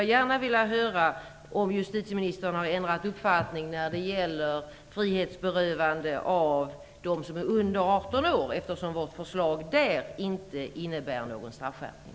Jag skulle vilja veta om justitieministern däremot har ändrat uppfattning i fråga om frihetsberövande av dem som är under 18 år, där vårt förslag inte innebär någon straffskärpning.